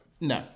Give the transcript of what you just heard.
No